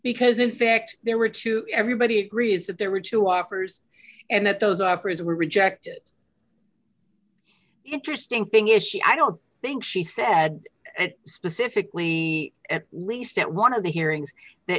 because in fact there were two everybody agrees that there were two offers and that those offers were rejected the interesting thing is she i don't think she said and specifically at least at one of the hearings that